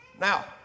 Now